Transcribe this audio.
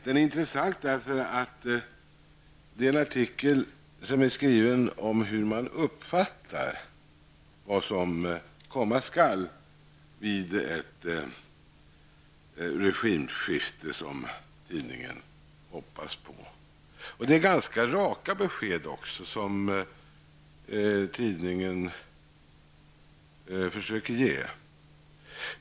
Den är intressant därför att artikeln i fråga handlar om hur man uppfattar vad som komma skall vid ett regimskifte, något som tidningen hoppas på. Man försöker ge ganska besked.